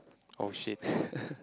oh shit